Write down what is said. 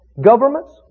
governments